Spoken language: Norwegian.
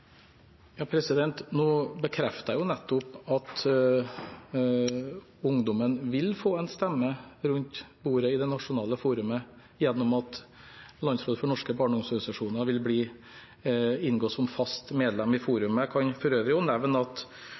jo nettopp at ungdommen vil få en stemme rundt bordet i det nasjonale forumet gjennom at Landsrådet for Norges barne- og ungdomsorganisasjoner vil inngå som fast medlem i forumet. Jeg kan for øvrig nevne at